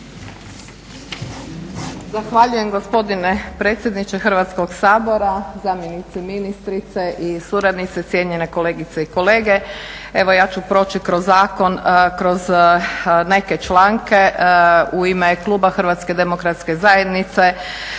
Zahvaljujem gospodine predsjedniče Hrvatskog sabora, zamjenice ministrice i suradnice, cijenjene kolegice i kolege. Evo ja ću proći kroz zakon, kroz neke članke u ime kluba HDZ-a sa namjerom da pridonesemo